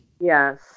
Yes